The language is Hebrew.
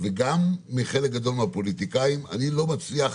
וגם מחלק גדול מהפוליטיקאים, אני לא מצליח